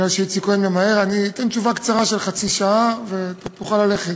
מכיוון שאיציק כהן ממהר אתן תשובה קצרה של חצי שעה ותוכל ללכת.